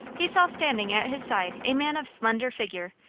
he saw standing at his side a man of slender figure,